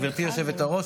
גברתי היושבת-ראש,